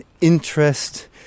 interest